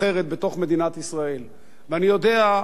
ואני יודע שגם הממשלה הזאת